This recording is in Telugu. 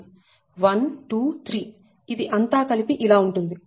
1 2 3 ఇది అంతా కలిపి ఇలా ఉంటుంది